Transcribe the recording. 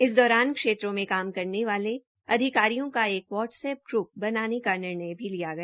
इस दौरान क्षेत्रों में काम करने वाले अधिकारियों का एक व्हाटसैप ग्रुप बनाने का निर्णय भी लिया गया